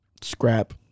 Scrap